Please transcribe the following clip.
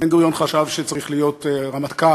בן-גוריון חשב שצריך להיות רמטכ"ל,